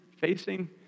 facing